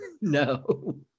No